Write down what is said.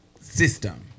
system